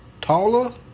Taller